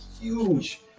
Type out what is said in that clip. huge